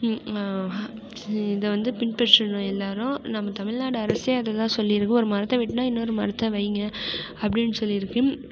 இதை வந்து பின்பற்றணும் எல்லாரும் நம்ம தமிழ்நாடு அரசே அதை தான் சொல்லியிருக்கு ஒரு மரத்தை வெட்டினா இன்னோரு மரத்தை வைங்க அப்படினு சொல்லியிருக்கு